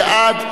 מי בעד?